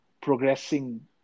progressing